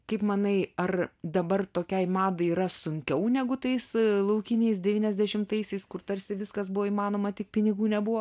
kaip manai ar dabar tokiai madai yra sunkiau negu tais laukiniais devyniasdešimtaisiais kur tarsi viskas buvo įmanoma tik pinigų nebuvo